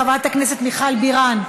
חברת הכנסת מיכל בירן,